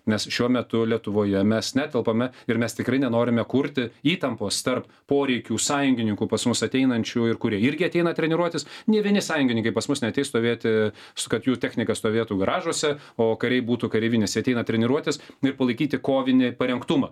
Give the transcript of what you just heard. nes šiuo metu lietuvoje mes netelpame ir mes tikrai nenorime kurti įtampos tarp poreikių sąjungininkų pas mus ateinančių ir kurie irgi ateina treniruotis nė vieni sąjungininkai pas mus neateis stovėti su kad jų technika stovėtų garažuose o kariai būtų kareivinėse ateina treniruotis ir palaikyti kovinį parengtumą